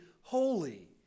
holy